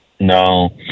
No